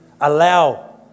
Allow